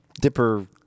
dipper